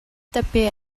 taper